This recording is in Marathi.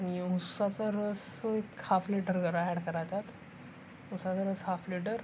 आणि ऊसाचा रस एक हाफ लिटर करा ॲड करा त्यात ऊसाचा रस हाफ लिटर